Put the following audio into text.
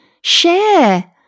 share